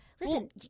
listen